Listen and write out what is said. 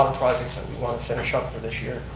um projects that we want to finish up for this year.